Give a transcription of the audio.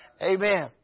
Amen